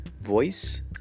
voice